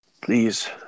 please